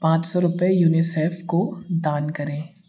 पाँच सौ रुपये यूनिसेफ़ को दान करें